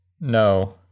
No